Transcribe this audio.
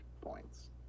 points